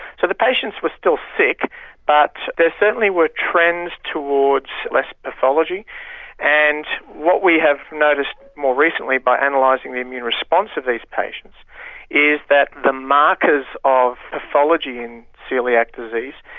so the patients were still sick but there certainly were trends towards less pathology and what we have noticed more recently by analysing the immune response of these patients is that the markers of pathology in coeliac disease,